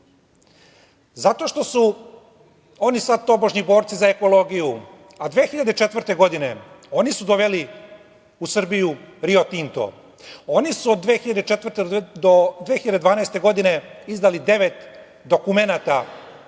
Zato što su oni sad tobožnji borci za ekologiju, a 2004. godine oni su doveli u Srbiju „Rio Tinto“, oni su od 2004. godine do 2012. godine izdali devet dokumenata